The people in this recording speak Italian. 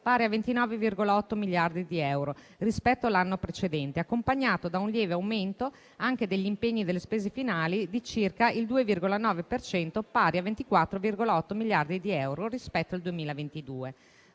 pari a 29,8 miliardi di euro, rispetto all'anno precedente, accompagnato da un lieve aumento anche degli impegni e delle spese finali di circa il 2,9 per cento, pari a 24,8 miliardi di euro rispetto al 2022.